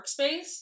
workspace